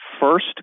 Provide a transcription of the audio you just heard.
first